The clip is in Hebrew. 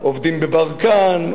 עובדים בברקן,